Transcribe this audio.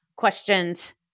Questions